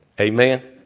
Amen